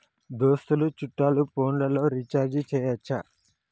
దోస్తులు చుట్టాలు ఫోన్లలో రీఛార్జి చేయచ్చా?